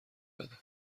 بده